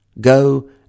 go